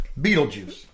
Beetlejuice